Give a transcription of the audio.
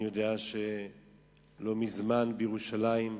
אני יודע שלא מזמן, בירושלים,